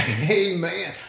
amen